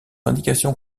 indication